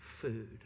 food